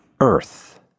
earth